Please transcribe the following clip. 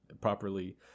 properly